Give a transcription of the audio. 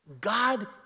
God